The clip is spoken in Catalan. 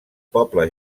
poble